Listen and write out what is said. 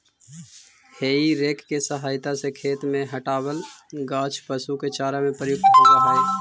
हेइ rake के सहायता से खेत से हँटावल गाछ पशु के चारा में प्रयुक्त होवऽ हई